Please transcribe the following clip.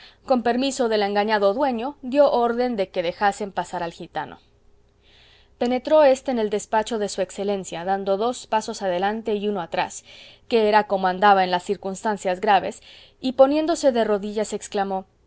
con permiso del engañado dueño dió orden de que dejasen pasar al gitano penetró éste en el despacho de su excelencia dando dos pasos adelante y uno atrás que era como andaba en las circunstancias graves y poniéndose de rodillas exclamó